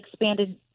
expanded